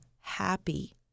happy